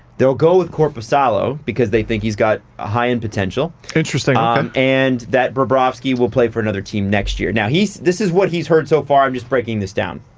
they'll go with korpisalo, because they think he's got a high-end potential. interesting. um and that bobrovsky will play for another team next year. now, this is what he's heard so far, i'm just breaking this down.